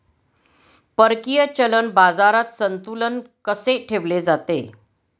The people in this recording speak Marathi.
परकीय चलन बाजारात संतुलन कसे ठेवले जाते?